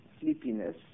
sleepiness